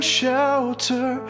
shelter